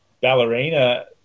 ballerina